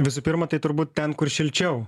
visų pirma tai turbūt ten kur šilčiau